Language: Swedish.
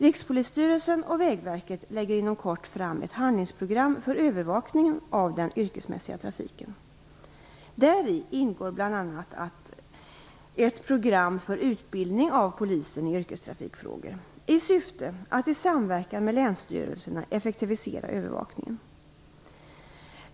Rikspolisstyrelsen och Däri ingår bl.a. ett program för utbildning av polisen i yrkestrafikfrågor, i syfte att i samverkan med länsstyrelserna effektivisera övervakningen.